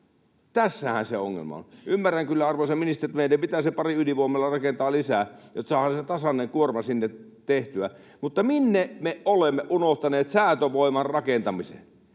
Tässähän se ongelma on. Ymmärrän kyllä, arvoisa ministeri, että meidän pitäisi pari ydinvoimalaa rakentaa lisää, jotta saadaan se tasainen kuorma sinne tehtyä, mutta minne me olemme unohtaneet säätövoiman rakentamisen?